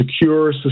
secure